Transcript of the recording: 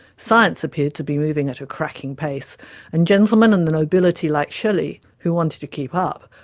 science appeared to be moving at a cracking pace and gentlemen and the nobility, like shelley, who wanted to keep up,